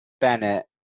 Bennett